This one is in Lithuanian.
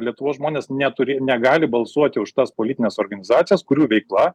lietuvos žmonės neturi negali balsuoti už tas politines organizacijas kurių veikla